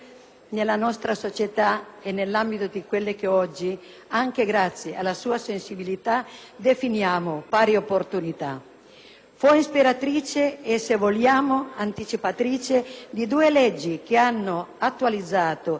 nella nostra società e nell'ambito di quelle che oggi, anche grazie alla sua sensibilità, definiamo «pari opportunità». Fu ispiratrice e, se vogliamo, anticipatrice di due leggi che hanno attualizzato